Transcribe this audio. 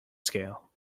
scale